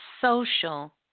social